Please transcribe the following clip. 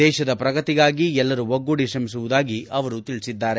ದೇಶದ ಪ್ರಗತಿಗಾಗಿ ಎಲ್ಲರೂ ಒಗ್ಗೂಡಿ ಶ್ರಮಿಸುವುದಾಗಿ ಅವರು ತಿಳಿಸಿದ್ದಾರೆ